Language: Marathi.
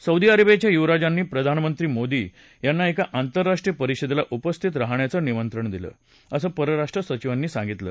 सौदी अरेबियाच्या युवराजांनी प्रधानमंत्री मोदी यांना एका आंतरराष्ट्रीय परिषदेला उपस्थित राहण्याचं निमंत्रण दिलं असं परराष्ट्र सचिवांनी सांगितलं